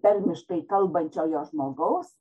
tarmiškai kalbančiojo žmogaus